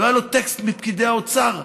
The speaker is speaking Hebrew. לא היה לו טקסט מפקידי האוצר,